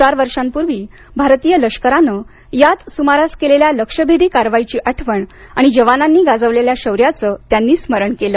चार वर्षांपूर्वी भारतीय लष्कराने याच सुमारास केलेल्या लक्ष्यभेदी कारवाईची आठवण जवानांनी गाजवलेल्या शौर्याचं त्यांनी स्मरण केलं